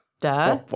Duh